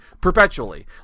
perpetually